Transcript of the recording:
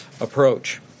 approach